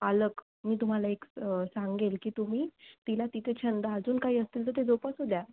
पालक मी तुम्हाला एक सांगेन की तुम्ही तिला तिथे छंद अजून काही असतील तर ते जोपासू द्या